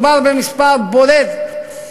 מדובר במספר קטן,